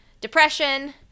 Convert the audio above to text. depression